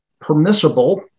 permissible